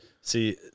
See